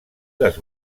les